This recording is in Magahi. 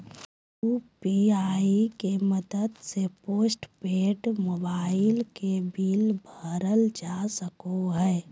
यू.पी.आई के मदद से पोस्टपेड मोबाइल के बिल भरल जा सको हय